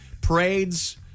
parades